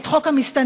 את חוק המסתננים.